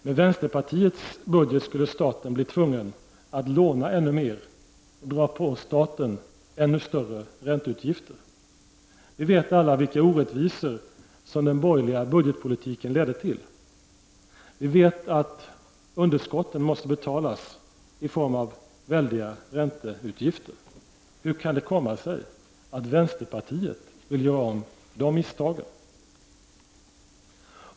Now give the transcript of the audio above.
Med vänsterpartiets budget skulle staten bli tvungen att låna ännu mer och dra på staten ännu större ränteutgifter. Vi vet alla vilka orättvisor som den borgerliga budgetpolitiken ledde till. Vi vet att underskotten måste betalas i form av väldiga ränteutgifter. Hur kan det komma sig att vänsterpartiet vill göra om de misstagen?